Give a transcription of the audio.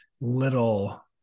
little